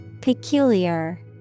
Peculiar